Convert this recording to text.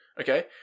okay